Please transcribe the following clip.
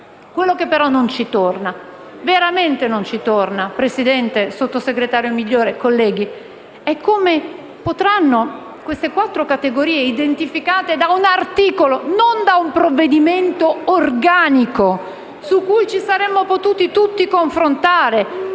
Quello che però non ci torna, veramente non ci torna, signor Presidente, sottosegretario Migliore, colleghi, è il fatto che queste quattro categorie siano identificate da un articolo e non da un provvedimento organico, su cui ci saremmo potuti tutti confrontare,